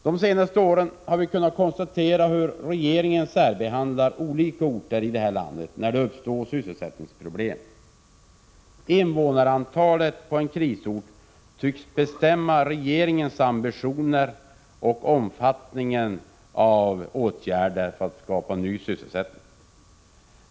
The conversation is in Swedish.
De senaste åren har vi kunnat konstatera att regeringen särbehandlar olika orter i det här landet när det uppstår sysselsättningsproblem. Invånarantalet på en krisort tycks bestämma regeringens ambitioner och omfattningen av de åtgärder som vidtas för att skapa ny sysselsättning.